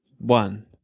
One